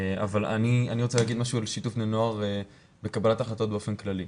אבל אני רוצה להגיד משהו על שיתוף בני נוער באופן כללי.